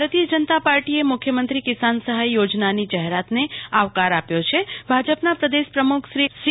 ભૌરતીય જનતા પાર્ટીએ મુખ્યમંત્રી કિસાન સહાય યોજનાની જાહેરાતને આવકાર આપ્યો છે ભાજપના પ્રદેશ પ્રમુખ શ્રી સી